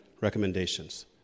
recommendations